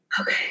Okay